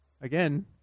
again